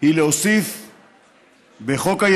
היא להוסיף בחוק-היסוד,